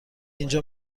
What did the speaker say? اینجا